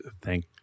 thank